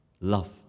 love